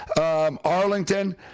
Arlington